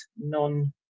non